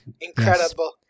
incredible